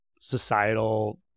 societal